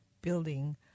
building